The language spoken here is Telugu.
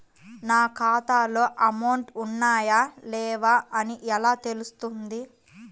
నా ఖాతాలో అమౌంట్ ఉన్నాయా లేవా అని ఎలా తెలుస్తుంది?